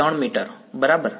3 metre જમણે